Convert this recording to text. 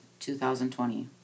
2020